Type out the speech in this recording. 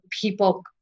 people